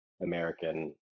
american